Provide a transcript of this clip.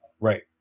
Right